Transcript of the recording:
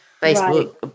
Facebook